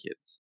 kids